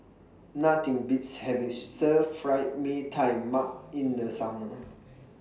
Nothing Beats having Stir Fry Mee Tai Mak in The Summer